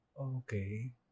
Okay